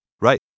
Right